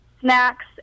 snacks